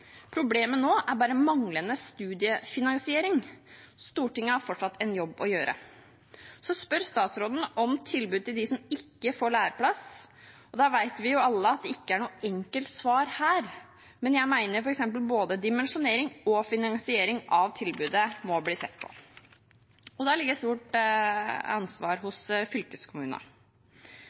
Problemet nå er bare manglende studiefinansiering. Stortinget har fortsatt en jobb å gjøre. Så spør statsråden om tilbud til de som ikke får læreplass. Vi vet jo alle at det ikke er noe enkelt svar her, men jeg mener at f.eks. både dimensjonering og finansiering av tilbudet må bli sett på, og da ligger det et stort ansvar hos